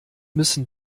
müssen